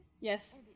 yes